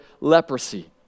leprosy